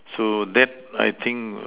so that I think